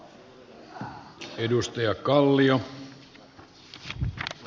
arvoisa puhemies